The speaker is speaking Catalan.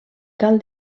cal